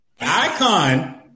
Icon